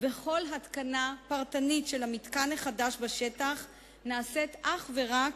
וכל התקנה פרטנית של המתקן החדש בשטח נעשית אך ורק